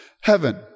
heaven